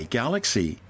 galaxy